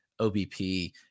OBP